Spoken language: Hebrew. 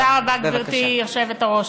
תודה רבה, גברתי היושבת-ראש.